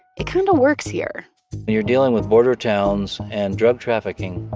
it kind of works here when you're dealing with border towns and drug trafficking,